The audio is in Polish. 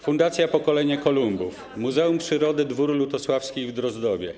Fundacja Pokolenia Kolumbów, Muzeum Przyrody - Dwór Lutosławskich w Drozdowie.